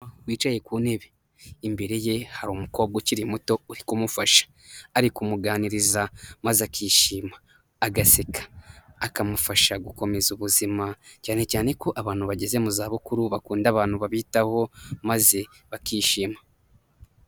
Wicaye ku ntebe imbere ye hari umukobwa ukiri muto uri kumufasha, ari kumuganiriza maze akishima agaseka akamufasha gukomeza ubuzima, cyane cyane ko abantu bageze mu za bukuru bakunda abantu babitaho maze bakishima.